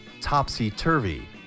topsy-turvy